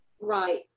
Right